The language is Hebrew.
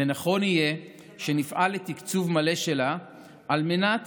ונכון יהיה שנפעל לתקצוב מלא שלה על מנת